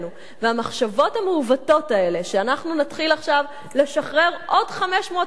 והמחשבות המעוותות האלה שאנחנו נתחיל עכשיו לשחרר עוד 500 אסירים,